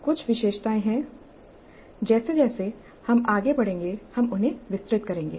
कुछ विशेषताएं हैं जैसे जैसे हम आगे बढ़ेंगे हम उन्हें विस्तृत करेंगे